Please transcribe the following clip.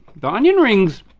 the onion rings